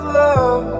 love